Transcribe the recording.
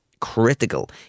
critical